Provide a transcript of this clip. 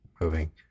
moving